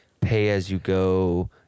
pay-as-you-go